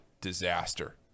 disaster